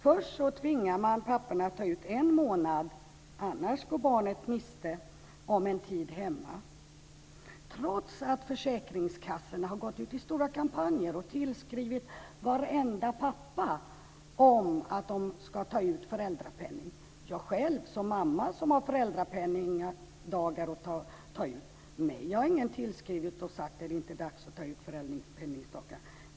Först tvingar man papporna att ta ut en månads föräldraledighet, annars går barnet miste om en tid i hemmet, trots att försäkringskassorna har gått ut i stora kampanjer och tillskrivit varenda pappa om att de ska ta ut föräldrapenning. Jag är själv mamma och har föräldradagar att ta ut. Mig har ingen tillskrivit och sagt att det är dags att ta ut föräldraledigt.